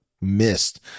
missed